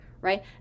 right